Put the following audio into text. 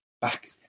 back